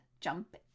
Jump